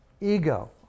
ego